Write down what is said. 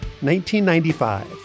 1995